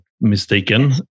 mistaken